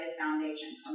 foundation